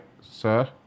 sir